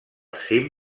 cim